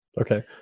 Okay